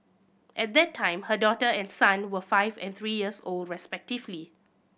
at that time her daughter and son were five and three years old respectively